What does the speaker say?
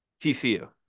TCU